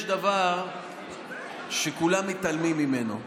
יש דבר שכולם מתעלמים ממנו,